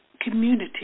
community